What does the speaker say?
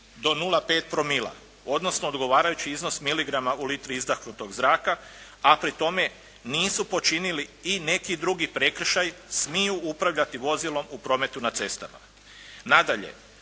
do 0,5 promila, odnosno odgovarajući iznos miligrama u litri izdahnutog zraka, a pri tome nisu počinili i neki drugi prekršaj, smiju upravljati vozilom u prometu na cestama. Nadalje,